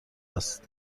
است